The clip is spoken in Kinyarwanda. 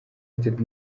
united